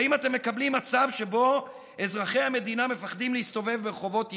האם אתם מקבלים מצב שבו אזרחי המדינה מפחדים להסתובב ברחובות עירם,